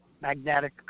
magnetic